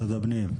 משרד הפנים,